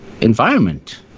environment